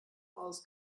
aus